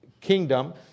kingdom